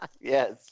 Yes